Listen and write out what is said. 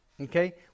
okay